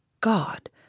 God